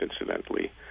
incidentally